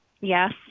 yes